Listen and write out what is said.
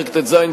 פרק ט"ז,